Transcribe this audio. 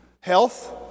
Health